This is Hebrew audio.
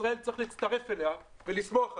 ישראל צריך להצטרף אליה ולשמוח עליה.